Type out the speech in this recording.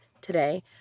today